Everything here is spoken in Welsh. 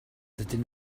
dydyn